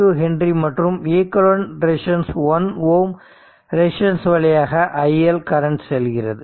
2 H மற்றும் equivalent resistance 1 Ω வழியாக i L current செல்கிறது